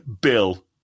Bill